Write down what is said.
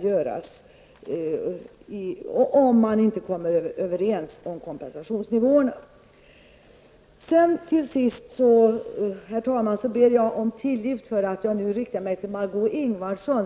göras -- om man inte kommer överens om kompensationsnivåerna -- ämnar återkomma till riksdagen med förslag. Till sist vill jag, herr talman, be om tillgift för att jag nu riktar mig till Margó Ingvardsson.